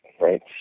right